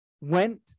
went